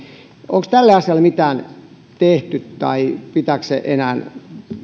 onko tälle asialle mitään tehty tai pitääkö enää